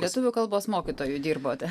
lietuvių kalbos mokytoju dirbote